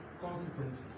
consequences